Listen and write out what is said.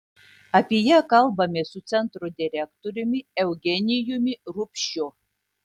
apie ją kalbamės su centro direktoriumi eugenijumi rupšiu